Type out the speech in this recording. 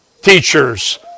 teachers